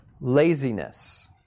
laziness